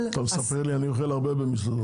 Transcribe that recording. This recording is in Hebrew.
אתה מספר לי, אני אוכל הרבה במסעדות.